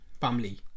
family